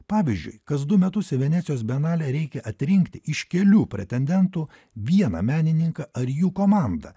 pavyzdžiui kas du metus į venecijos bienalę reikia atrinkti iš kelių pretendentų vieną menininką ar jų komandą